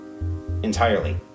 entirely